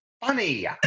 funny